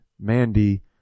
Mandy